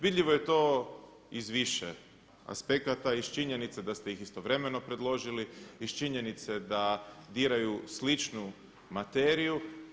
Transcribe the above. Vidljivo je to iz više aspekata i iz činjenice da ste ih istovremeno predložili, iz činjenice da diraju sličnu materiju.